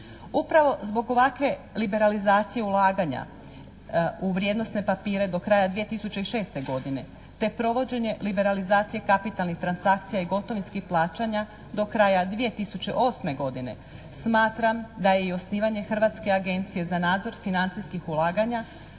Upravo zbog ovakve liberalizacije ulaganja u vrijednosne papire do kraja 2006. godine te provođenje liberalizacije kapitalnih transakcija i gotovinskih plaćanja do kraja 2008. godine smatram da je i osnivanje Hrvatske agencije za nadzor financijskih ulaganja